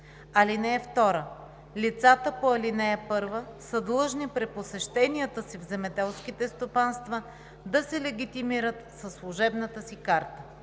(2) Лицата по ал. 1 са длъжни при посещенията си в земеделските стопанства да се легитимират със служебната си карта.